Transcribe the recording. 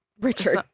Richard